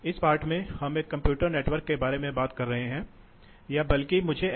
इस पाठ में जो चर गति ड्राइव के साथ ऊर्जा बचत का हकदार है